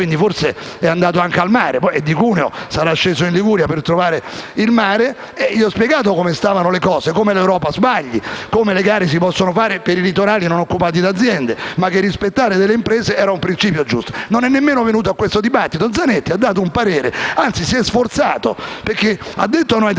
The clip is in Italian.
e forse è andato anche al mare (è di Cuneo e quindi sarà sceso in Liguria per trovarlo); ma comunque gli ho spiegato come stanno le cose, come l'Europa sbagli, come le gare si possano indire per i litorali non occupati da aziende ma che rispettare le imprese è un principio corretto. Non è nemmeno venuto a questo dibattito. Zanetti ha espresso un parere, anzi si è sforzato perché ha detto no ai trent'anni